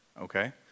Okay